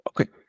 okay